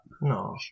no